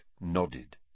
nodded